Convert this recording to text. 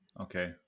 Okay